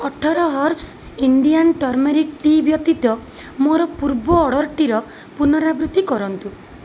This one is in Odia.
ଅଠର ହର୍ବ୍ସ୍ ଇଣ୍ଡିଆନ୍ ଟର୍ମେରିକ୍ ଟି ବ୍ୟତୀତ ମୋର ପୂର୍ବ ଅର୍ଡ଼ର୍ଟିର ପୁନରାବୃତ୍ତି କରନ୍ତୁ